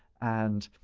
and,